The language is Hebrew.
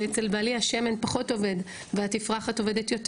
יודעת שאצל בעלי השמן פחות עובד והתפרחת עובדת יותר.